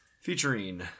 Featuring